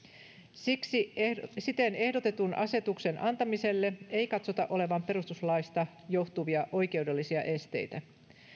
siten ehdotetun asetuksen antamiselle ei katsota olevan perustuslaista johtuvia oikeudellisia esteitä